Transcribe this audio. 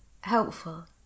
helpful